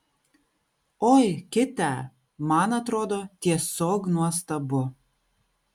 oi kitę man atrodo tiesiog nuostabu